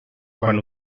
quan